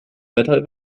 wetter